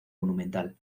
monumental